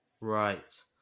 Right